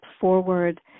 forward